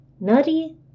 Nutty